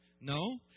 No